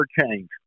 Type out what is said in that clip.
change